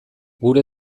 gure